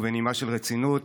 ובנימה של רצינות,